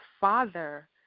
father